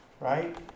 right